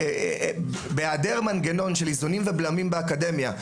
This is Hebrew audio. בהיעדר מנגנון של איזונים ובלמים באקדמיה,